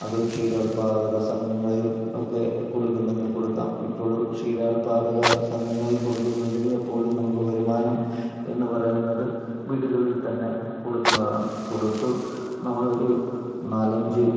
അത് ക്ഷീരോല്പാദക സംഘങ്ങളിൽ ഒക്കെ കൊടുക്കുന്നെങ്കിൽ കൊടുക്കാം ഇപ്പോൾ ക്ഷീരോല്പാദക സംഘങ്ങളിൽ കൊടുക്കുന്നതിൽ എപ്പോഴും നമ്മുക്ക് വരുമാനം എന്നുപറയുന്നത് വീടുകളിൽ തന്നെ കൊടുക്കുന്നതാണ് കൊടുത്ത് നമ്മളൊരു നാലഞ്ച്